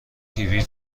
فیبی